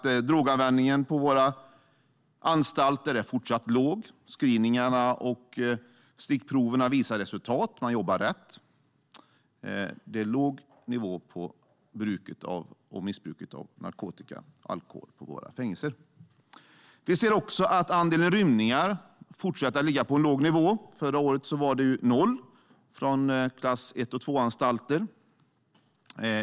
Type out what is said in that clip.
Droganvändningen på anstalterna är fortsatt låg. Screeningarna och stickproverna har gett resultat och visar att man jobbar på rätt sätt. Det är låg nivå på missbruket av narkotika och alkohol på fängelserna. Andelen rymningar fortsätter att ligga på en låg nivå. Förra året var antalet rymningar noll från klass 1 och 2-anstalter.